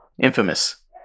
Infamous